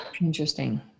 interesting